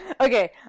Okay